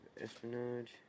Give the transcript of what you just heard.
espionage